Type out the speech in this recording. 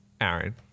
Aaron